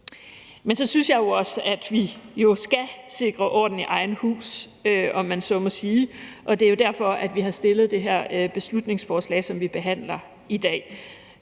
Men så synes jeg jo også, at vi jo skal sikre orden i eget hus, om man så må sige, og det er jo derfor, at vi har fremsat det her beslutningsforslag, som vi behandler i dag.